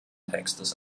textes